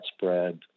spread